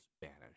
banished